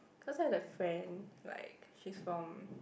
cause I have the friend like she is from